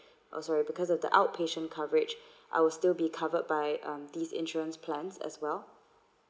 oh sorry because of the outpatient average I'll still be covered by um these insurance plans as well